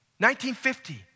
1950